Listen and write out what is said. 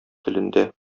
телендә